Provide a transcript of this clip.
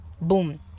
boom